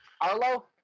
Arlo